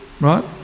Right